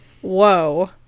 Whoa